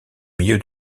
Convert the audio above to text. milieu